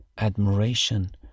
admiration